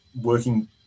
working